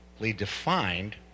defined